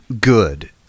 good